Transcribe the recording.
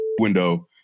window